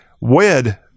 wed